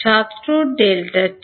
ছাত্র Δt